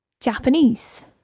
Japanese